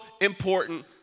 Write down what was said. important